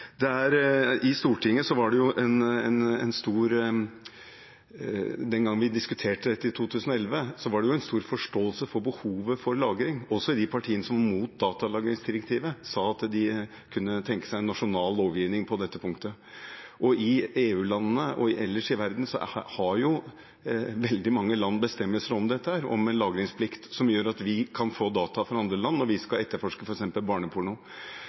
I Stortinget var det den gang vi diskuterte dette i 2011, stor forståelse for behovet for lagring. Også de partiene som var imot datalagringsdirektivet, sa at de kunne tenke seg en nasjonal lovgivning på dette punktet. I EU-landene og ellers i verden har veldig mange land bestemmelser om lagringsplikt, noe som gjør at vi kan få data fra andre land når vi skal etterforske f.eks. barneporno.